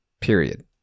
period